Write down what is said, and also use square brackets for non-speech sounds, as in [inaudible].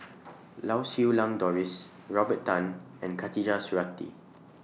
[noise] Lau Siew Lang Doris Robert Tan and Khatijah Surattee